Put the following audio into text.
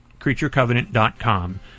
Creaturecovenant.com